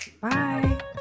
Bye